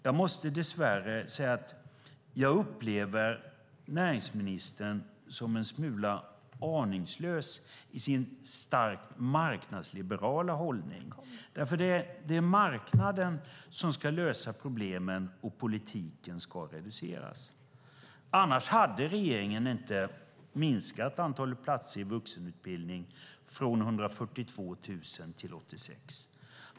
Dess värre måste jag säga att jag upplever näringsministern som en smula aningslös i sin starkt marknadsliberala hållning. Det är marknaden som ska lösa problemen. Politiken ska reduceras. Annars hade regeringen inte minskat antalet platser i vuxenutbildningen från 142 000 till 86 000.